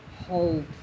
hold